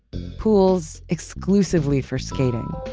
pools exclusively for skating.